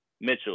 Mitchell